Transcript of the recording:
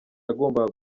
yagombaga